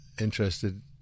interested